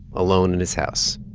alone in his house,